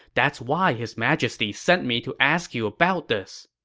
that's why his majesty sent me to ask you about this.